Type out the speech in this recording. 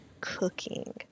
cooking